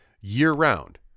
year-round